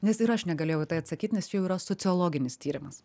nes ir aš negalėjau į tai atsakyt nes čia jau yra sociologinis tyrimas